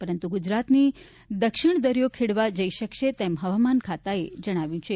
પરંતુ ગુજરાતની દક્ષિણ દરિયો ખેડવા જઇ શકાશે તેમ હવામાન ખાતાએ કહ્યું છે